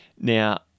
Now